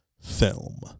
film